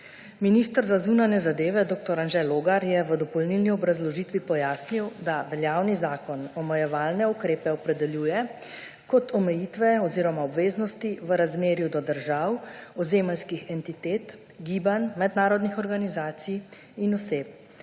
Minister za zunanje zadeve dr. Anže Logar je v dopolnilni obrazložitvi pojasnil, da veljavni zakon omejevalne ukrepe opredeljuje kot omejitve oziroma obveznosti v razmerju do držav, ozemeljskih entitet, gibanj mednarodnih organizacij in oseb.